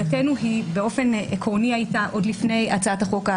באופן עקרוני, עוד לפני הצעת החוק,